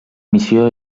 missió